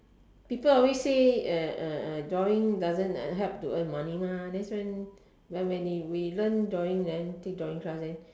people always say uh uh uh drawing doesn't help to earn money mah that's when when they we learn drawing then take drawing class then